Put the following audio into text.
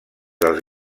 dels